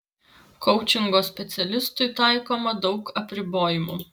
koučingo specialistui taikoma daug apribojimų